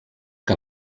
que